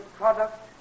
product